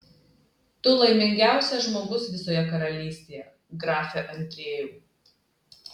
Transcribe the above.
tu laimingiausias žmogus visoje karalystėje grafe andriejau